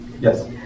Yes